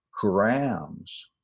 grams